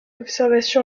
observation